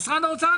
משרד האוצר,